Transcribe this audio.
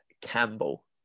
Campbell